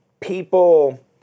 people